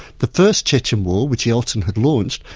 the first chechen war, which yeltsin had launched,